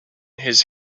his